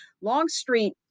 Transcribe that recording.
Longstreet